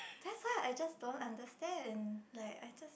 that's why I just don't understand like I just